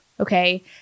Okay